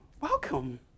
welcome